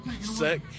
sick